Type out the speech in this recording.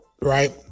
Right